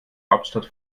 hauptstadt